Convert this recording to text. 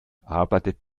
arbeitet